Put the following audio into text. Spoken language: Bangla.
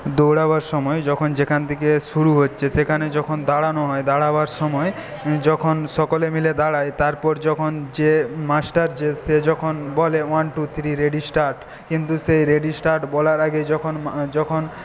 দৌড়াবার সময় যখন যেখান থেকে শুরু হচ্ছে সেখানে যখন দাঁড়ানো হয় দাঁড়াবার সময় যখন সকলে মিলে দাঁড়ায় তারপর যখন যে মাস্টার যে সে যখন বলে one two three ready start কিন্তু সেই রেডি স্টার্ট বলার আগে যখন যখন